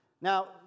Now